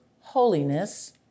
holiness